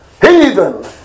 heathen